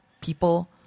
people